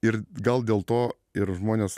ir gal dėl to ir žmonės